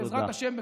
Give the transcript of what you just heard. בעזרת השם,